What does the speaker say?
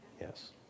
Yes